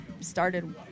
started